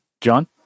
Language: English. John